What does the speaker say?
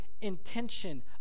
intention